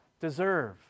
deserve